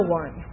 one